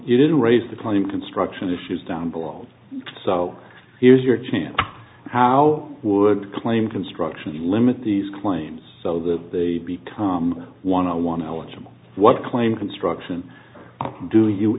you didn't raise the coin construction issues down below so here's your chance how would claim construction limit these claims so that the come one on one eligible what claim construction do you